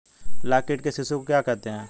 लाख कीट के शिशु को क्या कहते हैं?